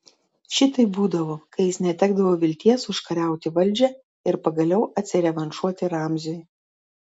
šitaip būdavo kai jis netekdavo vilties užkariauti valdžią ir pagaliau atsirevanšuoti ramziui